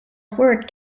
word